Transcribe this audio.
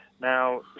Now